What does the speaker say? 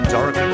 Dark